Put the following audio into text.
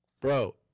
Bro